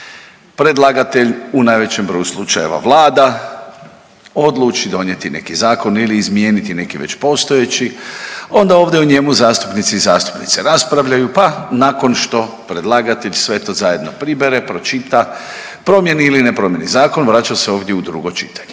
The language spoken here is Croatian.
Predlagatelj, u najvećem broju slučajeva Vlada odluči donijeti neki zakon ili izmijeniti neki već postojeći, onda ovdje o njemu zastupnici i zastupnice raspravljaju pa nakon što predlagatelj sve to zajedno pribere, pročita, promijeni ili ne promijeni zakon, vraća se ovdje u drugo čitanje.